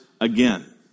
again